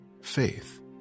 faith